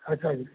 अच्छा जी